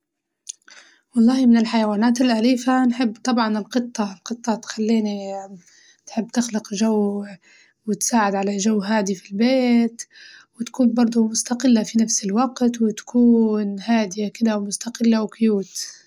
والله من الحيوانات الأليفة نحب طبعاً القطة، القطة تخليني تحب نخلق جو وتساعد على جو هادي في البيت وتكون برضه مستقلة في نفس الوقت وتكون هادية كدة ومستقلة وكيوت.